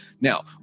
Now